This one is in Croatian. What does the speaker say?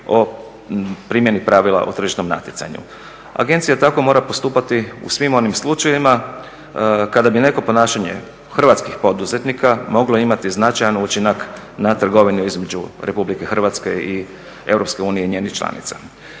o primjeni pravila o tržišnom natjecanju. Agencija tako mora postupati u svim onim slučajevima, kada bi neko ponašanje hrvatskih poduzetnika moglo imati značajan učinak na trgovinu između RH i EU i njenih članica.